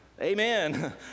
Amen